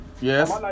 Yes